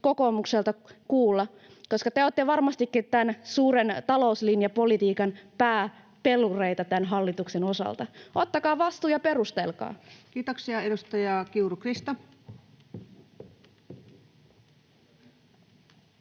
kokoomukselta kuulla, koska te olette varmastikin tämän suuren talouslinjapolitiikan pääpelureita tämän hallituksen osalta. Ottakaa vastuu ja perustelkaa. [Speech 257] Speaker: Ensimmäinen